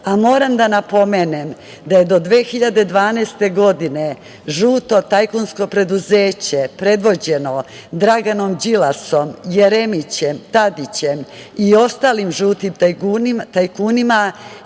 da napomenem da je do 2012. godine žuto tajkunsko preduzeće, predvođeno Draganom Đilasom, Jeremićem, Tadićem i ostalim žutim tajkunima,